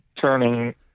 turning